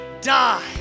die